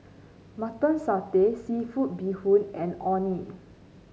Mutton Satay seafood Bee Hoon and Orh Nee